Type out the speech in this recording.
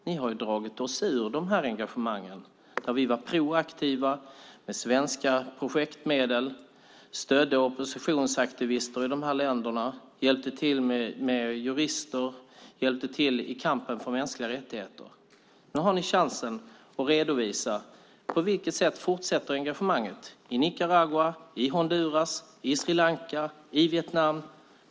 Ni har ju dragit oss ur de här engagemangen, där vi var proaktiva med svenska projektmedel, stödde oppositionsaktivister i dessa länder, hjälpte till med jurister och hjälpte till i kampen för mänskliga rättigheter. Nu har ni chansen att redovisa: På vilket sätt fortsätter engagemanget i Nicaragua, i Honduras, i Sri Lanka och i Vietnam?